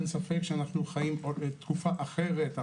אין ספק שאנחנו חיים בתקופה אחרת,